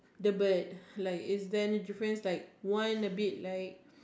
the bird like is there any difference like one a bit like